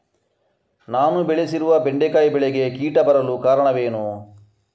ನಾನು ಬೆಳೆಸಿರುವ ಬೆಂಡೆಕಾಯಿ ಬೆಳೆಗೆ ಕೀಟ ಬರಲು ಕಾರಣವೇನು?